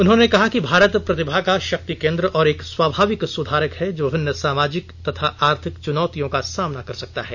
उन्होंने कहा कि भारत प्रतिभा का शक्ति केन्द्र और एक स्वाभाविक सुधारक है जो विभिन्न सामाजिक तथा आर्थिक चुनौतियों का सामना कर सकता है